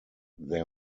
their